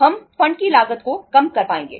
हम फंड की लागत को कम कर पाएंगे